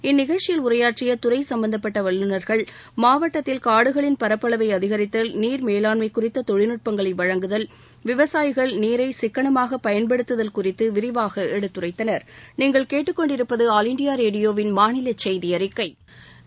இந்நிகழ்ச்சியில் உரையாற்றிய துறை சும்பந்தப்பட்ட வல்லுநா்கள் மாவட்டத்தில் காடுகளின் பரப்பளவை அதிகரித்தல் நீர் மேலாண்மை குறித்த தொழில்நுட்பங்களை வழங்குதல் விவசாயிகள் நீரை சிக்கனமாக பயன்படுத்துதல் குறித்து விரிவாக எடுத்துரைத்தனா்